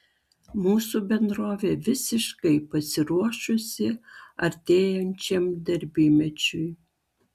mūsų bendrovė visiškai pasiruošusi artėjančiam darbymečiui